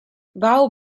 vowel